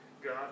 God